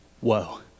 Whoa